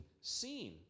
seen